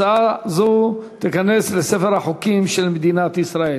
הצעה זו תיכנס לספר החוקים של מדינת ישראל.